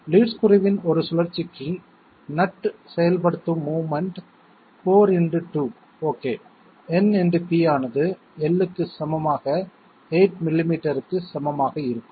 lead ஸ்க்ரூவின் ஒரு சுழற்சிக்கு நட்டு செயல்படுத்தும் movement 4 into 2 okay N × P ஆனது L க்கு சமமாக 8 மில்லிமீட்டர்க்கு சமமாக இருக்கும்